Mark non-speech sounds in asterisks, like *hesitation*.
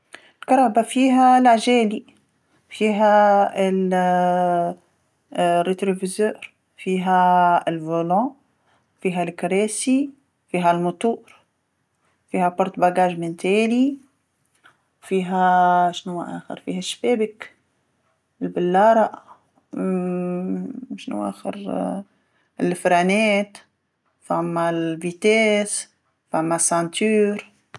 الكرهبه فيها العجالي، فيها ال- *hesitation* مرآة الرؤية الخلفية، فيها *hesitation* المقود، فيها الكراسي، فيها المحرك، فيها صندوق الأمتعة من التالي، فيها *hesitation* شنوا آخر، فيها الشبابك، البلاره، *hesitation* شنوا آخر، *hesitation* الفرامل، ثما دواسة السرعة ثما حزام الأمان.